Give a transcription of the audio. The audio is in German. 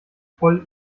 voll